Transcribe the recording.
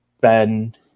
ben